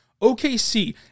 OKC